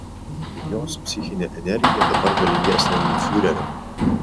jos psichinė energija dabar galingesnė nei fiurerio